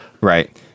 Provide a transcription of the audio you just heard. Right